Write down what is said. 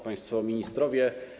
Państwo Ministrowie!